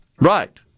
Right